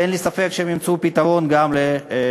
ואין לי ספק שהם ימצאו פתרון גם ל-3.25%.